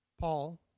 Paul